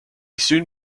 soon